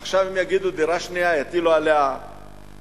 עכשיו אם יגידו דירה שנייה, יטילו עליה מסים,